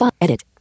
Edit